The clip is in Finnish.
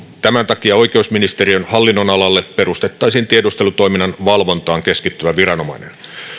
tämän takia oikeusministeriön hallinnonalalle perustettaisiin tiedustelutoiminnan valvontaan keskittyvä viranomainen